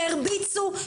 שהרביצו,